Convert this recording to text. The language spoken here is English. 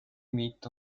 meet